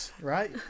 right